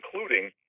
including